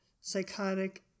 psychotic